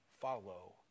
follow